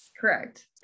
Correct